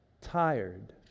tired